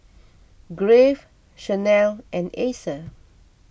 Crave Chanel and Acer